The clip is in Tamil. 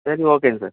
சரி ஓகேங்க சார்